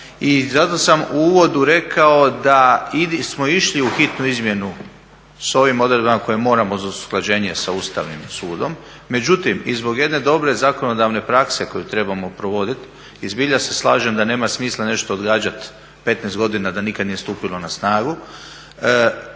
zato sam u uvodu rekao da smo išli u hitnu izmjenu sa ovim odredbama koje moramo za usklađenje sa Ustavnim sudom. Međutim i zbog jedne dobre zakonodavne prakse koju trebamo provoditi i zbilja se slažem da nema smisla nešto odgađati 15 godina i da nikada nije stupilo na snagu,